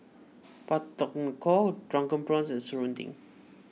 Pak Thong Ko Drunken Prawns and Serunding